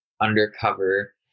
undercover